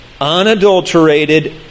unadulterated